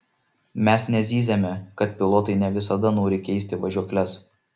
mes nezyziame kad pilotai ne visada nori keisti važiuokles